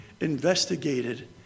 investigated